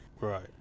right